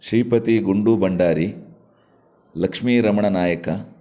ಶ್ರೀಪತಿ ಗುಂಡು ಭಂಡಾರಿ ಲಕ್ಷ್ಮೀರಮಣ ನಾಯಕ